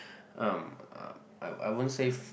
um I I won't say